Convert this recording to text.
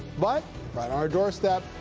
but right on our doorstep,